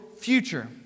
future